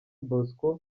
bosco